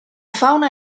fauna